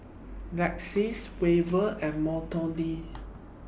Lexis Weaver and Melodee